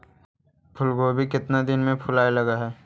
फुलगोभी केतना दिन में फुलाइ लग है?